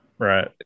Right